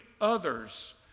others